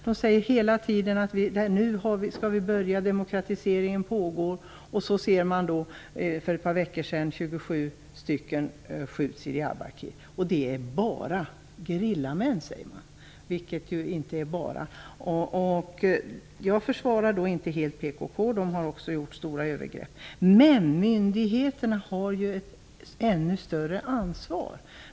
De säger hela tiden att demokratiseringen pågår. Sedan ser man för ett par veckor sedan att 27 personer skjutits i Diyarbakir. Det är bara gerillamän, säger man, vilket ju inte är "bara". Jag försvarar inte helt PKK. Det har också gjort stora övergrepp. Men myndigheterna har ett ännu större ansvar.